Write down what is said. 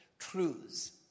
truths